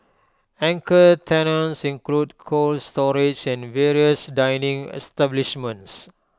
anchor tenants include cold storage and various dining establishments